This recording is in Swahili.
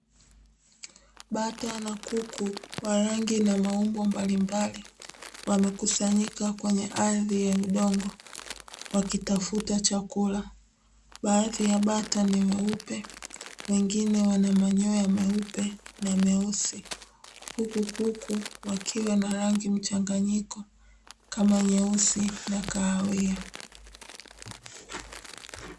Bata na kuku wa rangi na maumbo mbalimbali wamekusanyika kwenye ardhi ya udongo wakitafuta chakula, baadhi ya bata ni weupe wengine wana manyoya meupe na meusi, huku kuku wakiwa na rangi mchanganyiko kama nyeusi na kahawia.